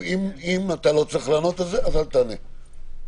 אם אתה לא צריך לענות אז אל תענה ואנחנו